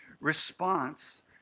response